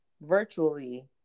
virtually